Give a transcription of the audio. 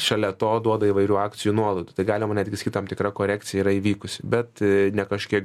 šalia to duoda įvairių akcijų nuolaidų tai galima netgi sakyt tam tikra korekcija yra įvykusi bet ne kažkiek